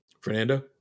Fernando